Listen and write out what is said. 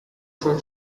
short